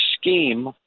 scheme